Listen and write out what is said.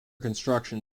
construction